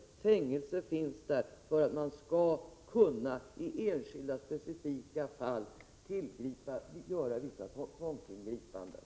Påföljden fängelse finns därför att man skall kunna i enskilda specifika fall göra vissa tvångsingripanden.